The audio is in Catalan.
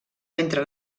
mentre